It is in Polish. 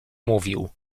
mówił